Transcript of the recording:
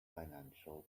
financial